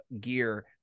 gear